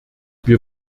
wir